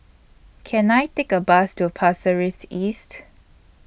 Can I Take A Bus to Pasir Ris East